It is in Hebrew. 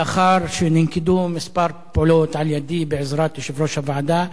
לאחר שננקטו כמה פעולות על-ידי בעזרת יושב-ראש הוועדה,